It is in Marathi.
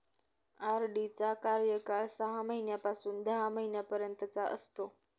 आर.डी चा कार्यकाळ सहा महिन्यापासून दहा महिन्यांपर्यंत असतो